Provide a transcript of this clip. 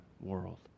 world